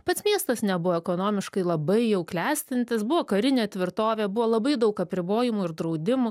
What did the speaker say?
pats miestas nebuvo ekonomiškai labai jau klestintis buvo karinė tvirtovė buvo labai daug apribojimų ir draudimų